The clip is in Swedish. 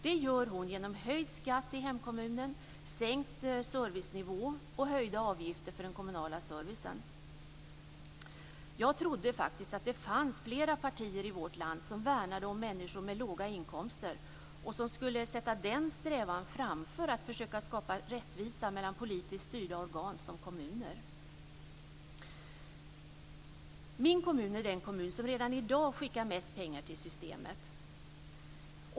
Det gör hon genom höjd skatt i hemkommunen, sänkt servicenivå och höjda avgifter för den kommunala servicen. Jag trodde faktiskt att det fanns flera partier i vårt land som värnade om människor med låga inkomster och som skulle sätta denna strävan framför att försöka skapa rättvisa mellan politiskt styrda organ som kommuner. Min hemkommun är den kommun som redan i dag skickar mest pengar till systemet.